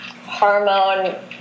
hormone